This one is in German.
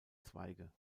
zweige